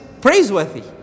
praiseworthy